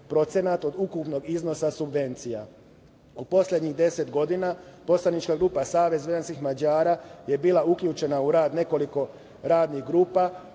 49,29% od ukupnog iznosa subvencija.U poslednjih deset godina poslanička grupa Savez vojvođanskih Mađara je bila uključena u rad nekoliko radnih grupa